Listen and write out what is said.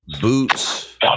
boots